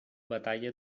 batalla